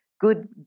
good